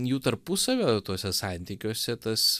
jų tarpusavio tuose santykiuose tas